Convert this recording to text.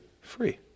free